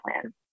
plan